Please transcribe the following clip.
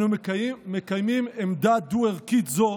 אנו מקיימים עמדה דו-ערכית זו